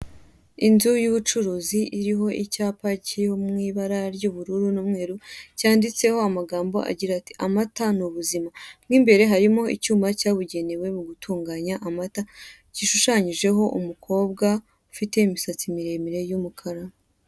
Inzu y'ubucuruzi iriho icyapa kiri mu ibara ry'ubururu n'umweru cyanditseho amagambo agira ati "amata ni ubuzima". Mo imbere harimo icyuma cyabugenewe mu gutunganya amata, gishushanyijeho umukobwa ufite imisatsi miremire y'umukara.